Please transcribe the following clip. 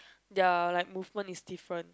their like movement is different